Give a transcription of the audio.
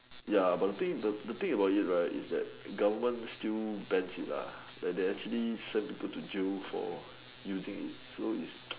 ya but the thing the thing about it right is that government still bans it lah like they actually send people to jail for using so is